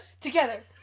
Together